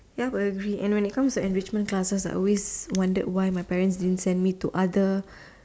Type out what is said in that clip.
ya but agree and when it comes to enrichment classes I always wonder why my parents didn't send me to other